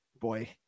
boy